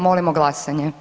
Molimo glasanje.